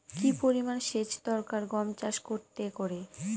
কি পরিমান সেচ দরকার গম চাষ করতে একরে?